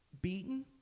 Beaten